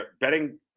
betting